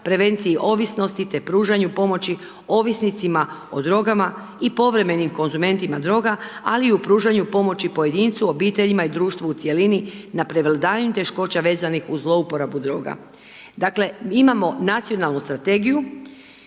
prevenciju ovisnosti te pružanje pomoći ovisnicima o drogama i povremenim konzumentima droga, ali i pružanju pomoći pojedincu, obiteljima i društvu u cjelini, na prevladavanju teškoća vezanih uz zlouporabu droga. Dakle, imamo nacionalnu strategiju,